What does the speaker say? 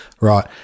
right